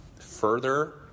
further